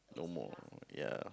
no more ya